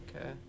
Okay